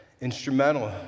instrumental